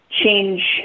change